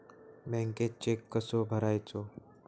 बँकेत चेक कसो भरायचो?